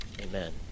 amen